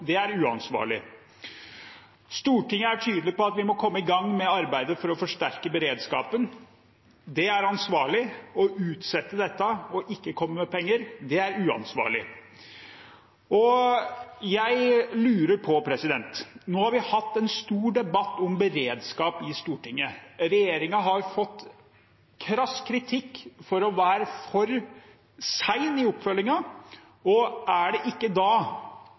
oppgaven er uansvarlig. Stortinget er tydelig på at vi må komme i gang med arbeidet for å forsterke beredskapen. Det er ansvarlig. Å utsette dette og ikke komme med penger er uansvarlig. Nå har vi hatt en stor debatt om beredskap i Stortinget. Regjeringen har fått krass kritikk for å være for sen i oppfølgingen. Jeg lurer på: Er det ikke da